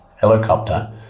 helicopter